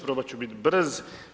Probat ću biti brz.